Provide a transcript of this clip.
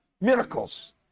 Miracles